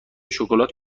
شکلات